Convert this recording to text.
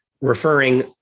referring